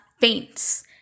faints